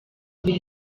ibiri